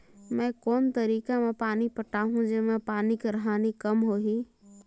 मैं कोन तरीका म पानी पटाहूं जेमा पानी कर हानि कम होही?